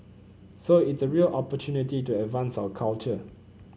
so it's a real opportunity to advance our culture